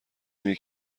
اینه